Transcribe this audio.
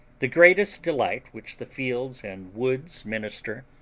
the greatest delight which the fields and woods minister,